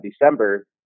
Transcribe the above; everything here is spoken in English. December